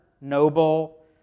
noble